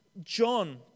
John